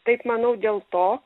taip manau dėl to